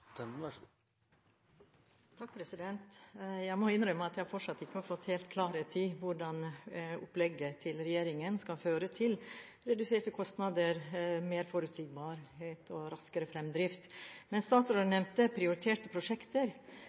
fått helt klarhet i hvordan opplegget til regjeringen skal føre til reduserte kostnader, mer forutsigbarhet og raskere fremdrift. Statsråden nevnte prioriterte prosjekter.